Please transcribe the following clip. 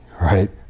right